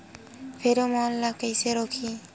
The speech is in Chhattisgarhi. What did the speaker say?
फेरोमोन ला कइसे रोकही?